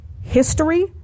history